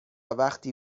وقتی